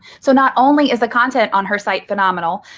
so not only is the content on her site phenomenal,